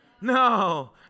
No